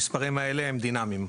המספרים האלה דינמיים.